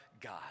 God